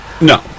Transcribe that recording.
No